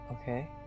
Okay